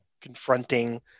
confronting